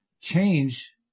change